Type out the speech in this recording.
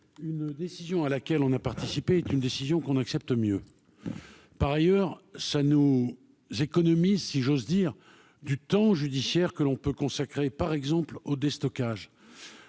une décision à laquelle on a participé, est une décision qu'on accepte mieux, par ailleurs, ça nous économise si j'ose dire, du temps judiciaire que l'on peut consacrer par exemple au déstockage,